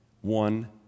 One